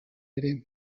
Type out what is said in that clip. ere